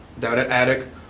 down at attic,